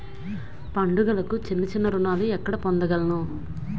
పండుగలకు చిన్న చిన్న రుణాలు ఎక్కడ పొందగలను?